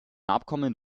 abkommen